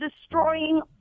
destroying